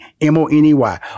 M-O-N-E-Y